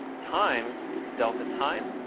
times delta time,